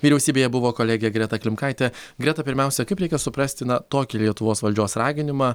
vyriausybėje buvo kolegė greta klimkaitė greta pirmiausia kaip reikia suprasti na tokį lietuvos valdžios raginimą